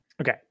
Okay